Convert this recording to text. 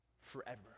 forever